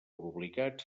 obligats